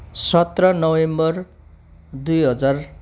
सत्र नोभेम्बर दुई हजार